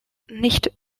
nicht